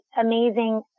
amazing